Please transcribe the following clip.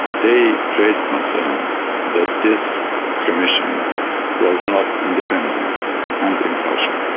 they raised concern that this commission was not independent and impartial.